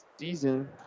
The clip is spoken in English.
season